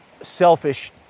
selfish